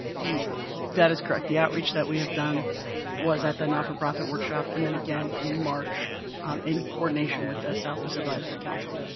that is correct. the outreach that we have done was at the not-for-profit workshop and then again in march um in coordination with the southwest advisory council.